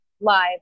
live